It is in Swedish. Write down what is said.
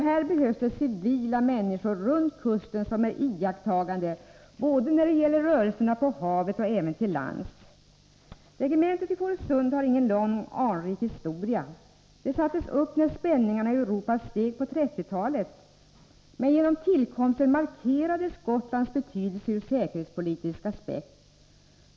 Det behövs civila människor runt kusten som är iakttagande både när det gäller rörelser på havet och till lands. Regementet i Fårösund har ingen lång, anrik historia. Det sattes upp när spänningarna i Europa steg på 1930-talet. Genom tillkomsten av regementet markerades Gotlands betydelse ur säkerhetspolitisk aspekt.